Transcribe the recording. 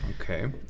Okay